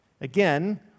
again